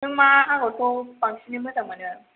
नों मा आगरखौ बांसिन मोजां मोनो